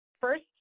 first